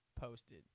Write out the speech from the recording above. posted